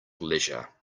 leisure